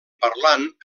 parlant